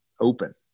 open